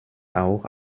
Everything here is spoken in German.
auch